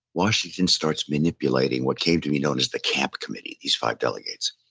washington starts manipulating what came to be known as the camp committee, these five delegates.